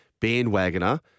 bandwagoner